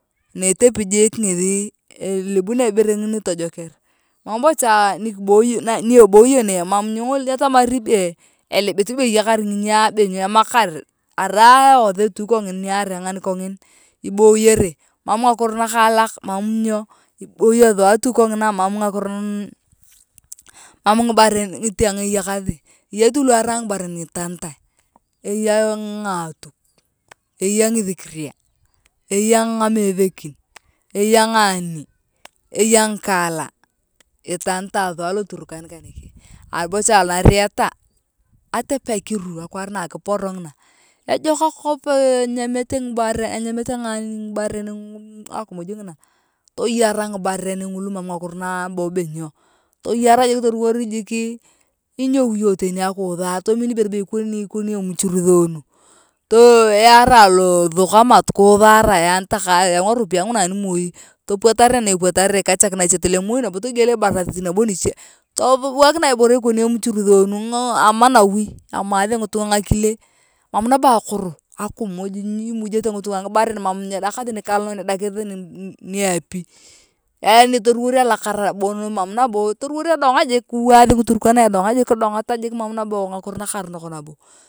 Na etepi jiik ngethi ilebunia ibore ngini tojeker mam bocho nikiboo ni eboyoo nee nyetamari be elebit be eyakar nginyaa be nyo emakar arai awothe tu kongin ni arengan kongin iboyore mam ngakiro aronok mam nyoo iboyoo tu thuwa kongina mam ngakiro na mam ngibaren itanitae eya ngatuk eya ngithikiria eya ngamethekin eya ngaanei eya ngikala itanitae thua aloturkan kaneke anibocha anariyata atep eikiru akwaar na akiporo ngina ejok akop euyamete ngibarea enyamete nganei ngibaren ngulu akimuj ngina toyara ngiburea ngulu mam nabo ngakiro be nyooo toyana jik toruwor jik inyou iyong teni akiuthar tomin ibore ikon ikoni emuchuruthonu too yaarae losok ama aaa anitakae yau ngaropiae nguna animoi topuatarere ne epuatarare kikachakinai nache tolem moi nabo nache togiel ibarasit iche tothubakinu ibore ikoni emuchurothonu ama nawi emathe ngitunga ngakile mam nabo akoro akimuj emujete ngitunga ngibaren mam nyedakathi nikalonon edakathi ni apii yaani toruwor alakara bon mam nabo toruwor edong’a jik kiwaathi ng’iturkana edonga jik mam nabo ngakiro nakarnok.